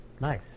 Nice